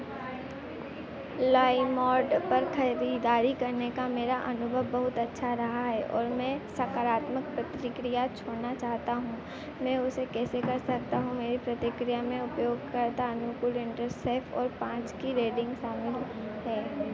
Limeroad पर ख़रीदारी करने का मेरा अनुभव बहुत अच्छा रहा है और मैं सकारात्मक प्रतिक्रिया छोड़ना चाहता हूँ मैं उसे कैसे कर सकता हूँ मेरी प्रतिक्रिया में उपयोगकर्ता अनुकूल इंटरसेफ़ और पाँच की रेडिंग शामिल है